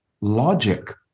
Logic